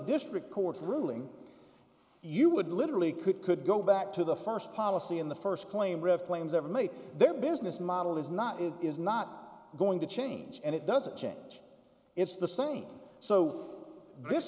district court ruling you would literally could could go back to the first policy in the first claim or if claims ever made their business model is not it is not going to change and it doesn't change it's the same so this